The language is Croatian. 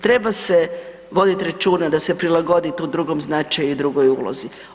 Treba se voditi računa da se prilagodi tu drugom značaju i drugoj ulozi.